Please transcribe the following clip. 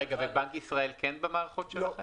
בנק ישראל כן במערכות שלכם?